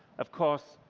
of course,